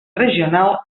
regional